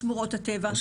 לשמורות הטבע.